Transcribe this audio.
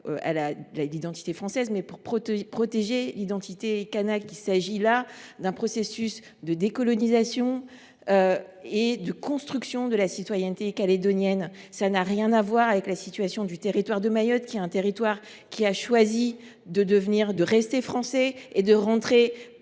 à l’identité française, mais pour protéger l’identité kanake. Il s’agissait d’un processus de décolonisation et de construction de la citoyenneté calédonienne. Cela n’a rien à voir avec la situation du territoire de Mayotte, qui a choisi de rester français et d’entrer